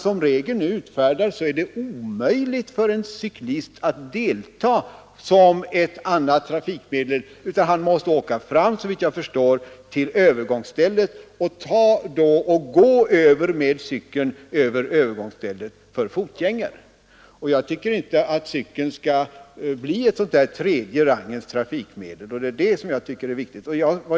Som regeln nu är utfärdad kan cykeln inte delta på samma sätt som övriga trafikmedel. Cyklisten måste, såvitt jag förstår, åka fram till övergångsstället och gå med cykeln över övergångsstället för fotgängare. Jag tycker inte att cykeln skall bli ett tredje rangens trafikmedel.